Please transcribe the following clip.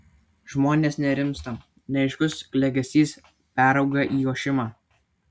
žmonės nerimsta neaiškus klegesys perauga į ošimą